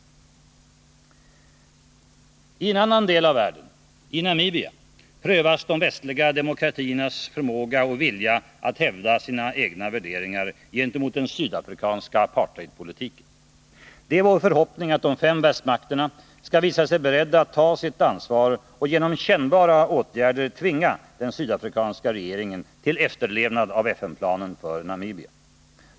I en annan del av världen, i Namibia, prövas de västliga demokratiernas förmåga och vilja att hävda sina egna värderingar gentemot den sydafrikanska apartheidpolitiken. Det är vår förhoppning att de fem västmakterna skall visa sig beredda att ta sitt ansvar och genom kännbara åtgärder tvinga den sydafrikanska regeringen till efterlevnad av FN-planen för Namibia.